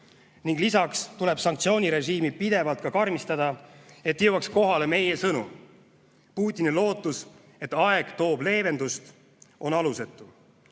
Lisaks tuleb sanktsioonirežiimi pidevalt karmistada, et jõuaks kohale meie sõnum: Putini lootus, et aeg toob leevendust, on alusetu.